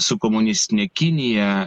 su komunistine kinija